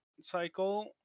cycle